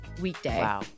weekday